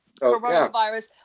coronavirus